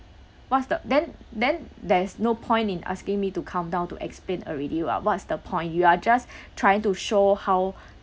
what's the then then there's no point in asking me to come down to explain already [what] what's the point you are just trying to show how